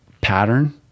pattern